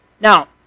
Now